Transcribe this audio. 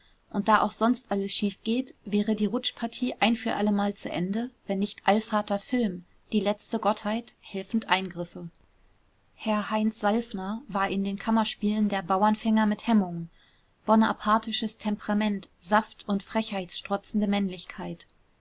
und da auch sonst alles schief geht wäre die rutschpartie ein für allemal zu ende wenn nicht allvater film die letzte gottheit helfend eingriffe herr heinz salfner war in den kammerspielen der bauernfänger mit hemmungen bonapartisches temperament saft und frechheitstrotzende männlichkeit